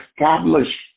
establish